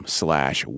slash